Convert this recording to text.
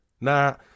now